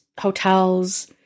hotels